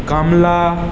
গামলা